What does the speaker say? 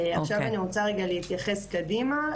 עכשיו אני רוצה רגע להתייחס קדימה,